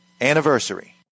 anniversary